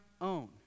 own